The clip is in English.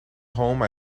home